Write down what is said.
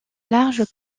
large